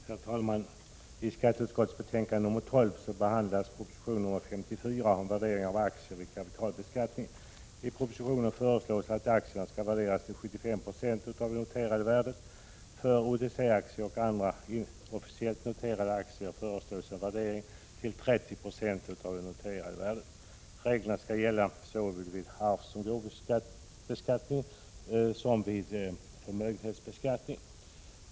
Herr talman! I skatteutskottets betänkande nr 12 behandlas proposition nr 54 om värderingen av aktier vid kapitalbeskattningen. I propositionen föreslås att aktierna skall värderas till 75 90 av det noterade värdet. För OTC-aktier och andra inofficiellt noterade aktier föreslås en värdering till 30 96 av det noterade värdet. Reglerna skall gälla såväl vid arvsoch gåvobeskattningen som vid förmögenhetsbeskattningen.